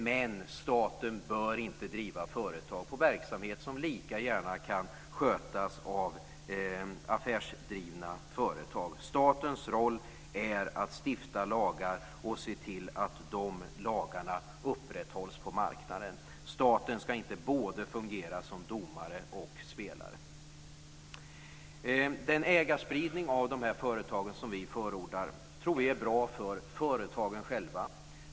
Men staten bör inte driva företag med verksamhet som lika gärna kan skötas av affärsdrivna företag. Statens roll är att stifta lagar och se till att de lagarna upprätthålls på marknaden. Staten ska inte fungera både som domare och spelare. Den ägarspridning av de här företagen som vi förordar tror vi är bra för företagen själva.